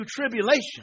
tribulation